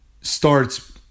starts